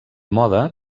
mode